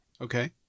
Okay